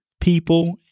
people